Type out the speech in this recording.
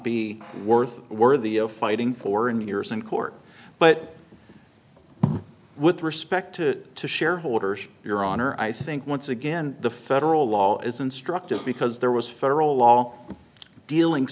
be worth worthy of fighting for in years in court but with respect to shareholders your honor i think once again the federal law is instructive because there was federal law dealing